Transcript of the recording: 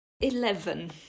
Eleven